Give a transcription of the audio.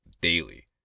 daily